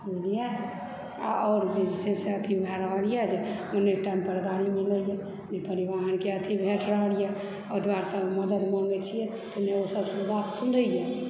बुझलियै आओर जे छै से अथी भए रहलए नहि टाइमपर गाड़ी मिलैए नहि परिवहनके अथी भेट रहलए ओहि दुआरेसँ मदद मांगे छी तऽ नहि ओसभ बात सुनयए